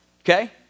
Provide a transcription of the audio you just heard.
Okay